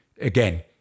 again